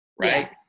right